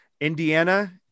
indiana